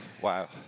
wow